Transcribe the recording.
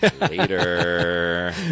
Later